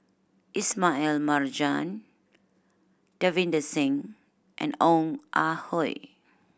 Ismail Marjan Davinder Singh and Ong Ah Hoi